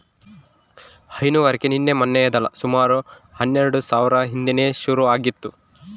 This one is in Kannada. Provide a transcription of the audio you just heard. ಹೈನುಗಾರಿಕೆ ನಿನ್ನೆ ಮನ್ನೆದಲ್ಲ ಸುಮಾರು ಹನ್ನೆಲ್ಡು ಸಾವ್ರ ಹಿಂದೇನೆ ಶುರು ಆಗಿತ್ತು